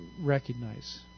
recognize